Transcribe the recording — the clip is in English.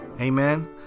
Amen